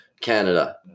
Canada